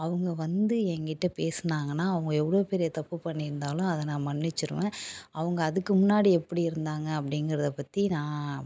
அவங்க வந்து எங்கிட்ட பேசினாங்கன்னா அவங்க எவ்வளோ பெரிய தப்பு பண்ணியிருந்தாலும் அதை நான் மன்னிச்சிடுவேன் அவங்க அதுக்கு முன்னாடி எப்படி இருந்தாங்க அப்படிங்கிறத பற்றி நான்